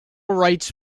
rights